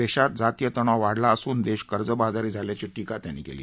देशात जातीय तणाव वाढला असून देश कर्जबाजारी झाल्याची टीका त्यांनी केली